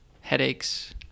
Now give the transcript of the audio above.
headaches